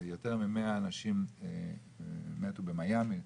ויותר ממאה אנשים מתו במיאמי,